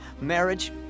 marriage